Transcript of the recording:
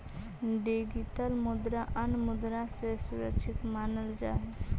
digital मुद्रा अन्य मुद्रा से सुरक्षित मानल जात हई